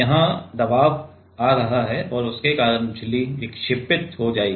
यहां दबाव आ रहा है और उसके कारण झिल्ली विक्षेपित हो जाएगी